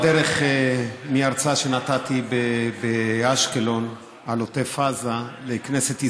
בדרך מהרצאה שנתתי באשקלון על עוטף עזה לכנסת ישראל,